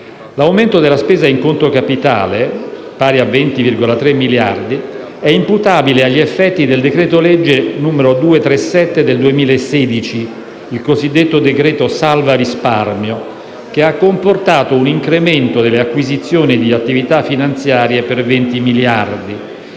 L'aumento della spesa in conto capitale (pari a 20,3 miliardi) è imputabile agli effetti del decreto-legge n. 237 del 2016 (il cosiddetto decreto salva-risparmio), che ha comportato un incremento delle acquisizioni di attività finanziarie per 20 miliardi,